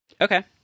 okay